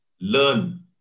learn